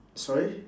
sorry